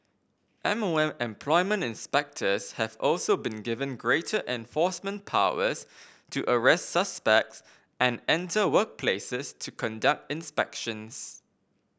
M O M employment inspectors have also been given greater enforcement powers to arrest suspects and enter workplaces to conduct inspections